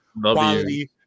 quality